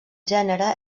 gènere